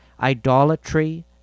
idolatry